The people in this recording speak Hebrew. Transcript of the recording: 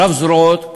רב-זרועות,